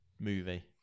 movie